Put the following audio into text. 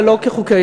אבל לא כחוקי-יסוד.